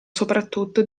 soprattutto